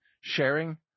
sharing